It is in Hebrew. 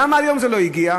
למה עד היום זה לא הגיע?